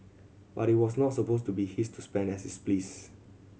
but it was not suppose to be he to spend as is pleased